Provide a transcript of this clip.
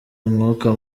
umwuka